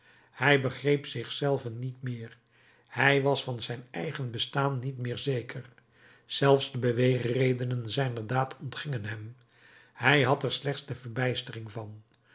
hij begreep zich zelven niet meer hij was van zijn eigen bestaan niet meer zeker zelfs de beweegredenen zijner daad ontgingen hem hij had er slechts de verbijstering van